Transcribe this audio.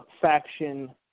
faction